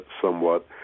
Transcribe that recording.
somewhat